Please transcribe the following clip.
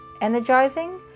energizing